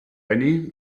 benny